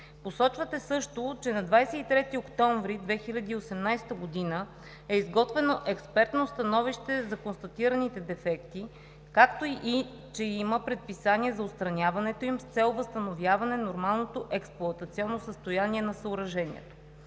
Посочвате също, че на 23 октомври 2018 г. е изготвено експертно становище за констатираните дефекти, както и че има предписания за отстраняването им с цел възстановяване на нормалното експлоатационно състояние на съоръжението.